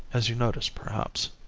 as you noticed perhaps.